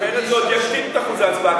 אחרת זה עוד יקטין את אחוזי ההצבעה,